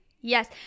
Yes